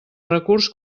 recurs